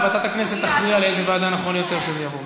וועדת הכנסת תכריע לאיזה ועדה נכון יותר שזה יעבור,